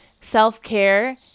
self-care